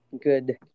good